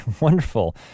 wonderful